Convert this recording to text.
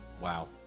Wow